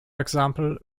example